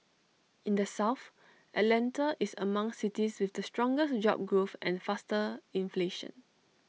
in the south Atlanta is among cities with the strongest job growth and faster inflation